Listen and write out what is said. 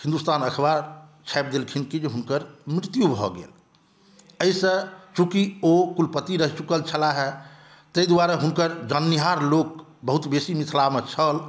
हिन्दुस्तान अखबार छापि देलखिन कि जे हुनकर मृत्यु भऽ गेल एहिसँ चुकि ओ कुलपति रहि चुकल छलाहे ताहि दुआरे हुनकर जाननिहार लोक बहुत बेसी मिथिलामे छल